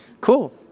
Cool